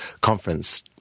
conference